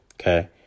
Okay